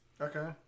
Okay